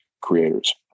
creators